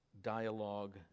dialogue